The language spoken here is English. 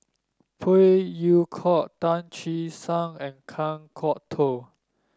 Phey Yew Kok Tan Che Sang and Kan Kwok Toh